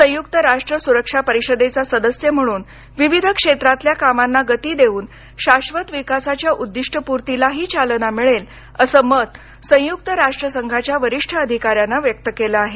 संयुक्त राष्ट्र सुरक्षा परिषदेचा सदस्य म्हणून विविध क्षेत्रातल्या कामांना गती देऊन शाश्वत विकासाच्या उद्दीष्टपूर्तीलाही चालना मिळेल असं मत संयुक्त राष्ट्र संघाच्या वरीष्ठ अधिकाऱ्यानं व्यक्त केलं आहे